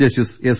justice S